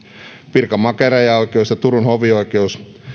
pirkanmaan käräjäoikeus ja turun hovioikeus